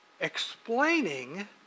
explaining